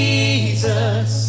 Jesus